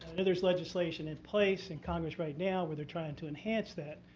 know there's legislation in place in congress right now where they're trying to enhance that,